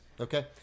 Okay